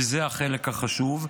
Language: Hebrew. וזה החלק החשוב,